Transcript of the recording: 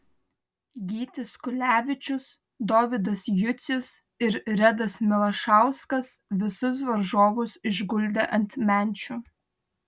gytis kulevičius dovydas jucius ir redas milašauskas visus varžovus išguldė ant menčių